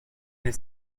his